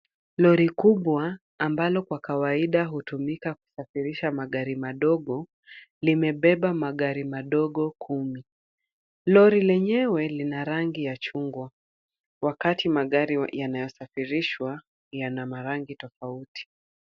Lori kubwa ambalo kwa kawaida hutumika kusafirisha magari madogo limebeba magari madogo kumi. Lori lenyewe lina rangi ya chungwa wakati magari yanasayofirishwa yana marangi tofauti.